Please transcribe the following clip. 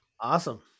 Awesome